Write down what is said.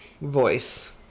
voice